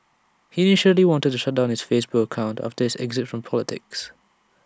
he initially wanted to shut down his Facebook accounts after his exit from politics